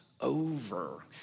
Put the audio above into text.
over